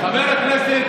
חבר הכנסת